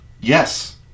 yes